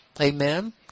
Amen